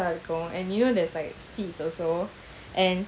and you know there's like seats also and